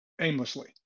aimlessly